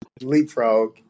leapfrog